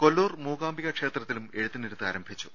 കൊല്ലൂർ മൂകാംബിക ക്ഷേത്രത്തിലും എഴുത്തിനിരുത്ത് ആരംഭിച്ചു